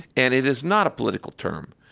and it is not a political term.